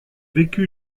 vécu